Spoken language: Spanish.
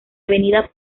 avenida